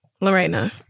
Lorena